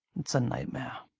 it's a nightmare.